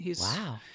Wow